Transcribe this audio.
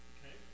Okay